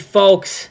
folks